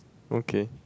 okay